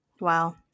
Wow